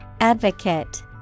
Advocate